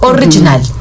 Original